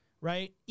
right